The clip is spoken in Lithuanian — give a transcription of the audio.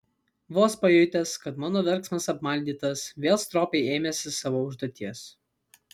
vos pajutęs kad mano verksmas apmaldytas vėl stropiai ėmėsi savo užduoties